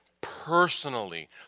personally